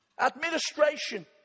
Administration